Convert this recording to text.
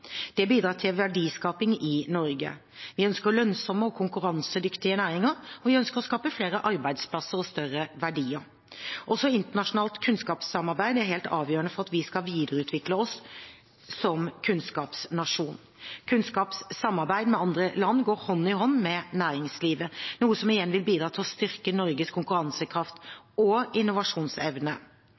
bidrar til verdiskaping i Norge. Vi ønsker lønnsomme og konkurransedyktige næringer, og vi ønsker å skape flere arbeidsplasser og større verdier. Også internasjonalt kunnskapssamarbeid er helt avgjørende for at vi skal videreutvikle oss som kunnskapsnasjon. Kunnskapssamarbeid med andre land går hånd i hånd med næringslivet, noe som igjen vil bidra til å styrke Norges konkurransekraft og innovasjonsevne.